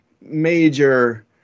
major